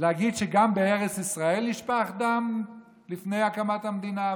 להגיד שגם בארץ ישראל נשפך דם לפני הקמת המדינה,